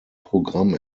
programm